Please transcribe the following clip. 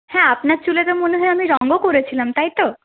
হ্যাঁ আপনার চুলে তো মনে হয় আমি রঙও করেছিলাম তাই তো